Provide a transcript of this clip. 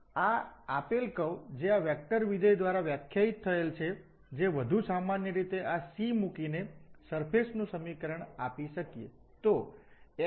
તેથી આ આપેલ કર્વ જે આ વેક્ટરવિધેય દ્વારા વ્યાખ્યાયિત થયેલ છે જે વધુ સામાન્ય રીતે આ c મૂકીને સરફેશ નું સમીકરણ આપી શકીએ